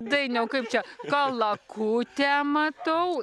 dainiau kaip čia kalakutę matau